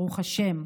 ברוך השם.